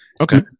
Okay